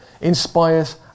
inspires